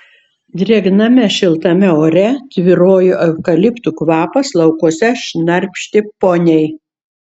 drėgname šiltame ore tvyrojo eukaliptų kvapas laukuose šnarpštė poniai